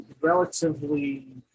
relatively